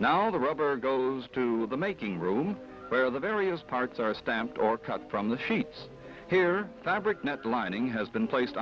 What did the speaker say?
now the rubber goes to the making room where the various parts are stamped or cut from the sheets here fabric net lining has been placed